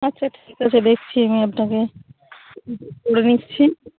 আচ্ছা ঠিক আছে দেখছি আমি আপনাকে তুলে নিচ্ছি